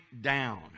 down